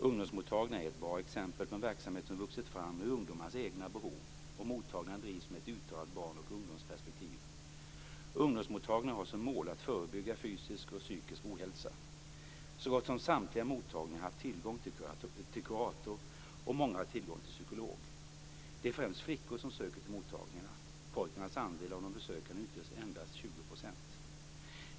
Ungdomsmottagningarna är ett bra exempel på en verksamhet som vuxit fram ur ungdomarnas egna behov, och mottagningarna drivs med ett uttalat barnoch ungdomsperspektiv. Ungdomsmottagningarna har som mål att förebygga fysisk och psykisk ohälsa. Så gott som samtliga mottagningar har tillgång till kurator, och många har tillgång till psykolog. Det är främst flickor som söker till mottagningarna, och pojkarnas andel av de besökande utgör endast ca 20 %.